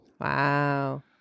Wow